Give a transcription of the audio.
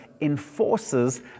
enforces